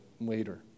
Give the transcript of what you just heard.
later